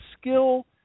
skill